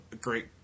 great